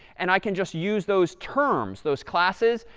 and i can just use those terms, those classes,